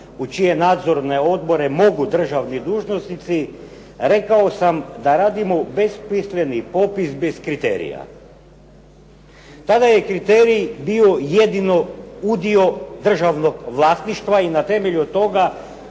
u čije nadzorne odbore mogu državni dužnosnici rekao sam da radimo besmisleni popis bez kriterija. Tada je kriterij bio jedino udio državnog vlasništva i na temelju toga